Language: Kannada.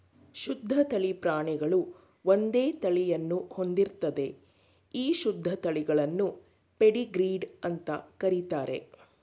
ಶುದ್ಧ ತಳಿ ಪ್ರಾಣಿಗಳು ಒಂದೇ ತಳಿಯನ್ನು ಹೊಂದಿರ್ತದೆ ಈ ಶುದ್ಧ ತಳಿಗಳನ್ನು ಪೆಡಿಗ್ರೀಡ್ ಅಂತ ಕರೀತಾರೆ